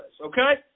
okay